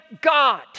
God